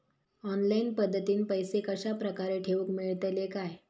Online पद्धतीन पैसे कश्या प्रकारे ठेऊक मेळतले काय?